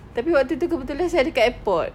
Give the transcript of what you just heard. tapi waktu itu kebetulan saya ada dekat airport